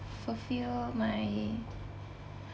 fulfill my